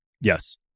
Yes